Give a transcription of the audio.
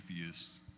atheists